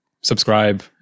subscribe